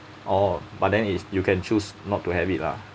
orh but then is you can choose not to have it lah